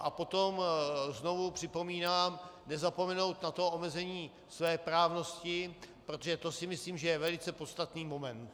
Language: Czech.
A potom znovu připomínám, nezapomenout na omezení svéprávnosti, protože to si myslím, že je velice podstatný moment.